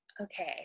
okay